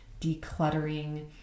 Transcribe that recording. decluttering